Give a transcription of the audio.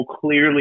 clearly